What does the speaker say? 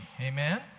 Amen